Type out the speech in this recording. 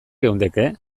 geundeke